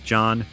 John